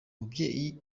mubyeyi